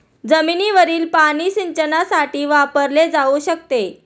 जमिनीवरील पाणी सिंचनासाठी वापरले जाऊ शकते